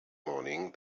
morning